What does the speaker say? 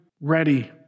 ready